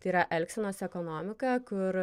tai yra elgsenos ekonomika kur